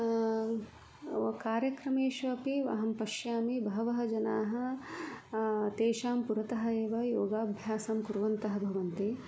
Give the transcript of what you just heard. कार्यक्रमेष्वपि अहं पश्यामि बहवः जनाः तेषां पुरतः एव योगाभ्यासं कुर्वन्तः भवन्ति